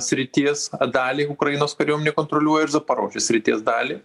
srities dalį ukrainos kariuomenė kontroliuoja ir zaporožės srities dalį